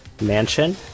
mansion